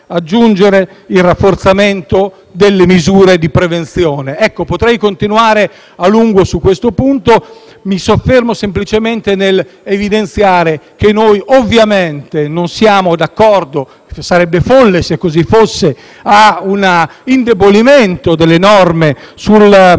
il rafforzamento delle misure di prevenzione. Potrei continuare a lungo su questo punto, ma mi soffermo semplicemente nell'evidenziare che noi ovviamente non siamo d'accordo - sarebbe folle se così fosse - con un indebolimento delle norme sul